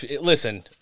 Listen